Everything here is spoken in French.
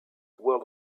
world